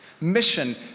Mission